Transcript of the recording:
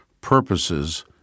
purposes